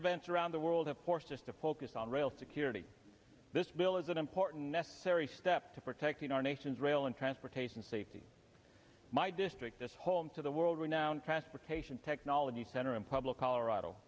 events around the world of course just to focus on rail security this bill is an important necessary step to protecting our nation's rail and transportation safety my district this home to the world renowned press but technology center and public colorado